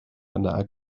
yna